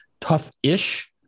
tough-ish